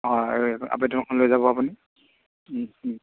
অঁ আৱেদনখন লৈ যাব আপুনি